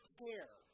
care